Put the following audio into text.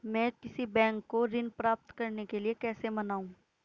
मैं किसी बैंक को ऋण प्राप्त करने के लिए कैसे मनाऊं?